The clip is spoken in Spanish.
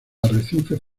arrecifes